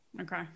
Okay